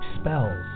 spells